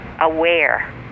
aware